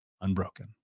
unbroken